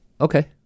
Okay